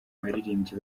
baririmbyi